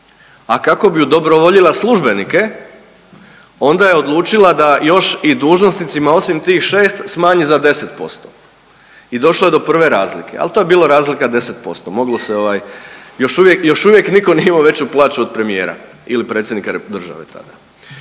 a kako bi udobrovoljila službenike onda je odlučila da još i dužnosnicima osim tih 6 smanji za 10% i došlo je do prve razlike, ali to je bilo razlika 10% moglo se ovaj još uvije, još uvijek niko nije imao veću plaću od premijera ili predsjednika države tada.